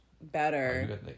better